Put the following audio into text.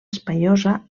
espaiosa